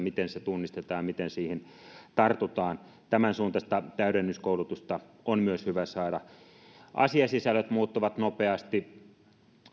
miten se tunnistetaan ja miten siihen tartutaan myös tämänsuuntaista täydennyskoulutusta on hyvä saada asiasisällöt muuttuvat nopeasti